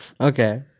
Okay